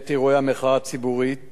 בעת אירועי המחאה הציבורית,